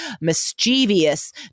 mischievous